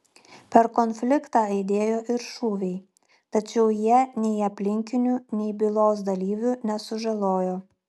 per konfliktą aidėjo ir šūviai tačiau jie nei aplinkinių nei bylos dalyvių nesužalojo